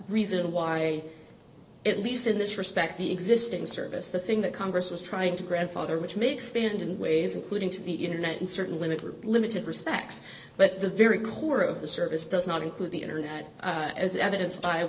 reason why it least in this respect the existing service the thing that congress was trying to grandfather which may expand in ways including to the internet in certain limited limited respects but the very core of the service does not include the internet as evidence